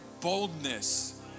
boldness